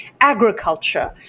agriculture